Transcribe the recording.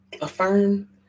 Affirm